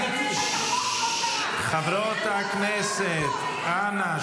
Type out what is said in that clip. --- חברות הכנסת, אנא.